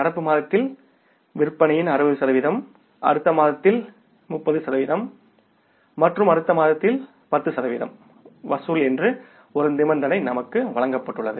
நடப்பு மாதத்தில் விற்பனையின் 60 சதவிகிதம் அடுத்த மாதத்தில் 30 சதவிகிதம் மற்றும் அடுத்த மாதத்தில் 10 சதவிகிதம் வசூல் என்று ஒரு நிபந்தனை நமக்கு வழங்கப்பட்டுள்ளது